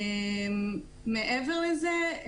מעבר לזה,